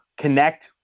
connect